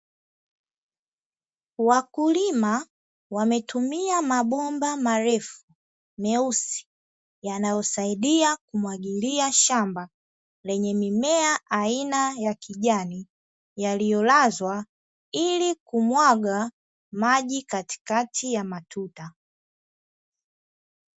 Wakulima wametumia mabomba marefu meusi yanayosaidia kumwagilia shamba, lenye mimea aina ya kijani yaliolazwa ili kumwaga maji katikati ya matuta.